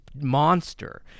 monster